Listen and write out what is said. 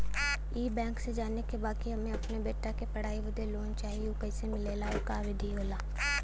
ई बैंक से जाने के बा की हमे अपने बेटा के पढ़ाई बदे लोन चाही ऊ कैसे मिलेला और का विधि होला?